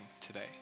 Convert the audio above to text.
today